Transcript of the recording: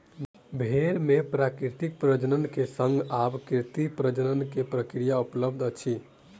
भेड़ मे प्राकृतिक प्रजनन के संग आब कृत्रिम प्रजनन के प्रक्रिया उपलब्ध अछि